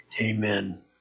amen